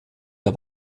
der